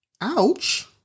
Ouch